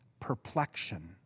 perplexion